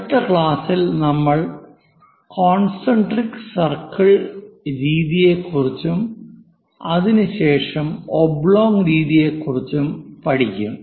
അടുത്ത ക്ലാസ്സിൽ നമ്മൾ കോൺസെൻട്രിക് സർക്കിൾ രീതിയെക്കുറിച്ചും അതിനു ശേഷം ഒബ്ലോങ് രീതിയെക്കുറിച്ചും പഠിക്കും